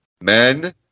Men